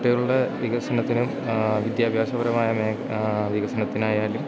കുട്ടികളുടെ വികസനത്തിനും വിദ്യാഭ്യാസപരമായ മേ വികസനത്തിനായാലും